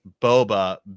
Boba